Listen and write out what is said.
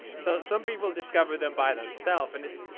so some people discover them by themselves and it's.